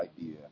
idea